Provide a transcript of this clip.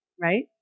right